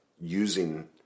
using